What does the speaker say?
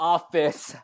Office